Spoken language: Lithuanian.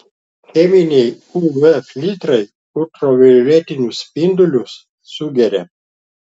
cheminiai uv filtrai ultravioletinius spindulius sugeria